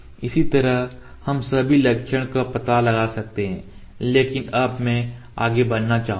इसी तरह हम सभी लक्षण का पता लगा सकते हैं लेकिन अब मैं आगे बढ़ना चाहूंगा